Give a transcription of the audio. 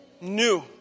New